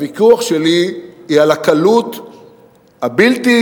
הוויכוח שלי הוא על הקלות הבלתי-נסבלת